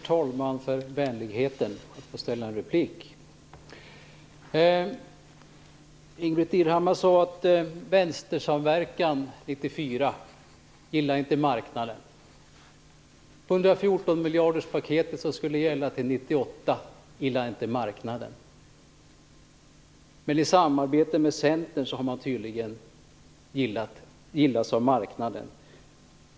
Herr talman! Ingbritt Irhammar sade att marknaden inte gillade vänstersamverkan 1994 och att marknaden inte gillade paketet på 114 miljarder kronor som skulle gälla till 1998. Men samarbetet med Centern gillas tydligen av marknaden.